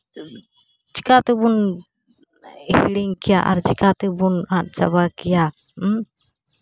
ᱪᱤᱠᱟ ᱛᱮᱵᱚᱱ ᱦᱤᱲᱤᱧ ᱠᱮᱭᱟ ᱟᱨ ᱪᱤᱠᱟ ᱛᱮᱵᱚᱱ ᱟᱫ ᱪᱟᱵᱟ ᱠᱮᱭᱟ